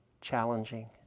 challenging